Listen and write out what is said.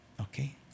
Okay